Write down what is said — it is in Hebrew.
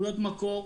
תעודות מקור,